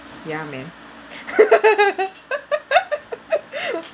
ya man